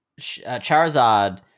Charizard